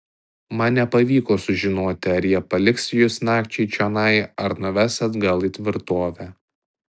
man nepavyko sužinoti ar jie paliks jus nakčiai čionai ar nuves atgal į tvirtovę